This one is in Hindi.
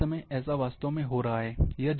इस समय ऐसा वास्तव में हो रहा है